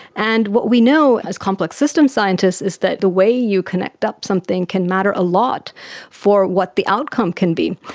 and what we know as complex system scientists is that the way you connect up something can matter a lot for what the outcome can be.